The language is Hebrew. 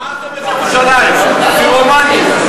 הבערתם את ירושלים, פירומנים.